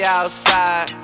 outside